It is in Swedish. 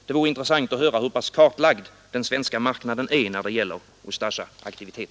Det vore intressant att höra hur pass kartlagd den svenska marknaden är när det gäller Ustasjaaktivitet.